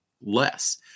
less